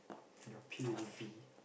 your P-O-V